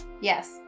Yes